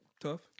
Tough